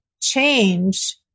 change